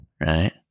right